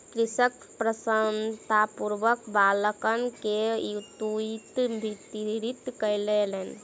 कृषक प्रसन्नतापूर्वक बालकगण के तूईत वितरित कयलैन